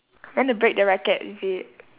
you want to break the racket is it